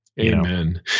Amen